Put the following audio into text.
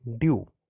Due